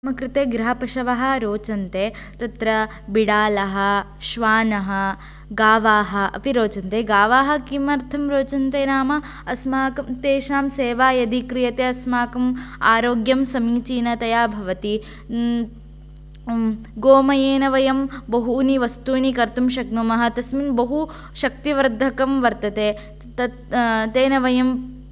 मम कृते गृहपशवः रोचन्ते तत्र बिडाल श्वान गवा अपि रोचन्ते गवा किमर्थं रोचन्ते नाम अस्माकं तेषां सेवा यदि क्रियते अस्माकं आरोग्यं समीचीनतया भवति गोमयेन वयं बहूनि वस्तूनि कर्तुं शक्नुमः तस्मिन् बहु शक्तिवर्धकं वर्तते तत् तेन वयं